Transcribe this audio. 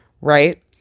Right